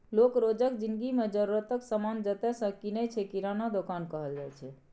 लोक रोजक जिनगी मे जरुरतक समान जतय सँ कीनय छै किराना दोकान कहल जाइ छै